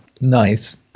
Nice